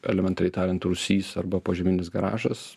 elementariai tariant rūsys arba požeminis garažas